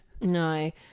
No